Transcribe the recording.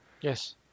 yes